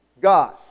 God